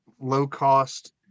low-cost